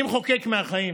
אני מחוקק מהחיים.